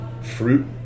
fruit